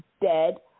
dead